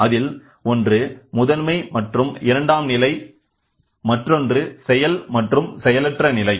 அதில் ஒன்று முதன்மை மற்றும் இரண்டாம் நிலை மற்றொன்று செயல் மற்றும் செயலற்ற நிலை